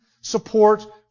support